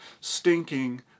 stinking